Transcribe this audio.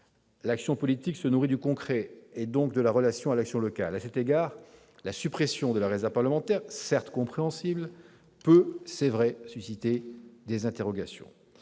L'action politique se nourrit du concret, donc de la relation à l'action locale. À cet égard, la suppression de la réserve parlementaire, certes compréhensible, peut susciter des interrogations.